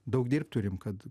daug dirbt turim kad